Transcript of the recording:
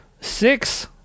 Six